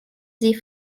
sie